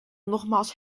nogmaals